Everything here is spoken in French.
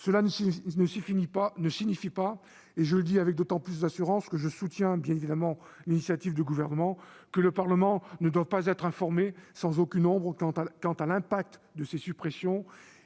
Cela ne signifie pas- je le dis avec d'autant plus d'assurance que je soutiens, bien entendu, l'initiative du Gouvernement -que le Parlement ne doive pas être informé sans aucune ombre sur les conséquences de ces suppressions